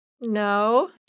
No